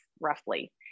roughly